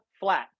flat